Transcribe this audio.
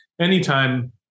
anytime